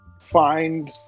find